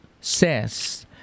says